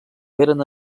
feren